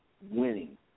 winning